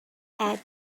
add